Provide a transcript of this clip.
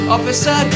Officer